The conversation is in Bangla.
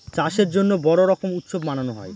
চাষের জন্য বড়ো রকম উৎসব মানানো হয়